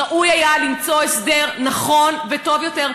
ראוי היה למצוא הסדר נכון וטוב יותר,